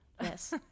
Yes